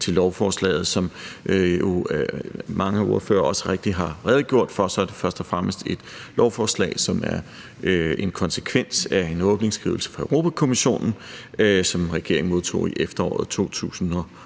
til lovforslaget. Som mange ordførere jo også rigtigt har redegjort for, er det først og fremmest et lovforslag, som er en konsekvens af en åbningsskrivelse fra Europa-Kommissionen, som regeringen modtog i efteråret 2019.